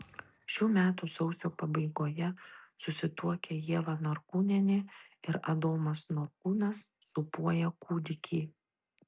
šių metų sausio pabaigoje susituokę ieva norkūnienė ir adomas norkūnas sūpuoja kūdikį